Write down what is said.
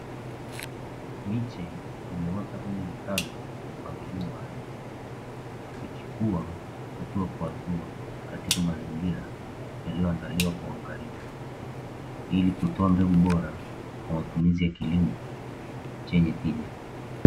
Miche imeota kwenye vitalu kwa mpangilio maaalumu, ikikua hatua kwa hatua katika mazingira yaliyoandaliwa kwa uangalifu, ili kutoa mbegu bora kwa matumizi ya kilimo chenye tija.